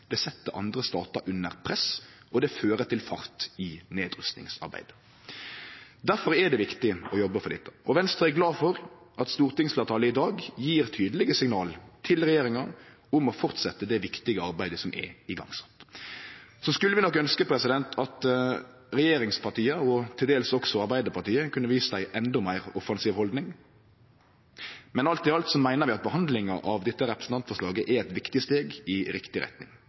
andre statar under press, og det fører til fart i nedrustingsarbeidet. Difor er det viktig å jobbe for dette. Venstre er glad for at stortingsfleirtalet i dag gjev regjeringa tydelege signal om å fortsetje det viktige arbeidet som er sett i gang. Så skulle vi nok ønskje at regjeringspartia – og til dels også Arbeidarpartiet – hadde vist ei endå meir offensiv haldning. Men alt i alt meiner vi at behandlinga av dette representantforslaget er eit viktig steg i riktig retning,